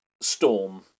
Storm